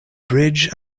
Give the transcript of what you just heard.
bridge